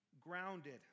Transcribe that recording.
grounded